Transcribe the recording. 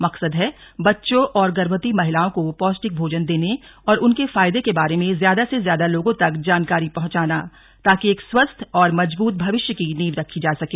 मकसद है बच्चों और गर्भवती महिलाओं को पौष्टिक भोजन देने और उनके फायदे के बारे में ज्यादा से ज्यादा लोगों तक जानकारी पहुंचाना ताकि एक स्वस्थ और मजबूत भविष्य की नींव रखी जा सके